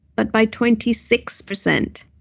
but by twenty six percent.